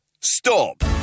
Stop